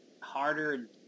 harder